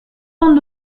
van